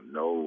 no